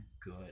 good